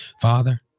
Father